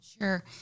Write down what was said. Sure